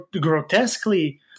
grotesquely